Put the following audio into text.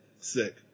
sick